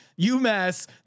UMass